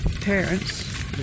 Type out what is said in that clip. parents